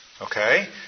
Okay